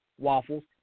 Waffles